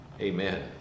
amen